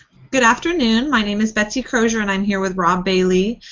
good afternoon. my name is betsy crozier, and i'm here with robb bailey,